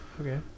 Okay